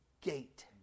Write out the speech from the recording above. gate